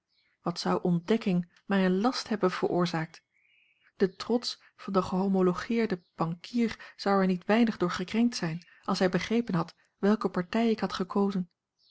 wat zou ontdekking mij een last hebben veroorzaakt de trots van den gehomologeerden bankier zou er niet weinig door gekrenkt zijn als hij begrepen had welke partij ik had gekozen